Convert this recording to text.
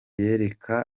yereka